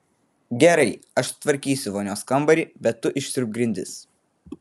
gerai aš sutvarkysiu vonios kambarį bet tu išsiurbk grindis